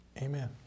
Amen